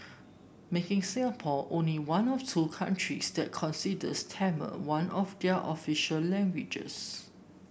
making Singapore only one of two countries that considers Tamil one of their official languages